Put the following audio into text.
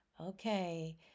okay